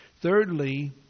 Thirdly